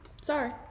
sorry